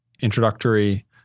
introductory